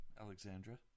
Alexandra